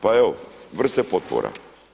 Pa evo vrste potpora.